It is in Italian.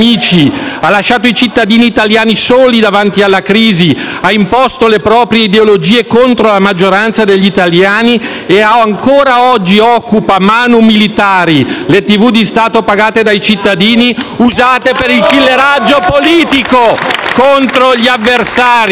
ha lasciato i cittadini italiani soli di fronte alla crisi; da parte di chi ha imposto le proprie ideologie contro la maggioranza degli italiani e, ancora oggi, occupa *manu militari* le televisioni di Stato, pagate dai cittadini, usate per il killeraggio politico contro gli avversari.